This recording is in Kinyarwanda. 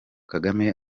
kagame